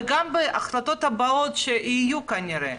וגם בהחלטות הבאות שיהיו כנראה,